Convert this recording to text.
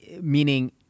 meaning